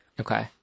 Okay